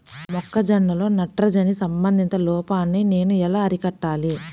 మొక్క జొన్నలో నత్రజని సంబంధిత లోపాన్ని నేను ఎలా అరికట్టాలి?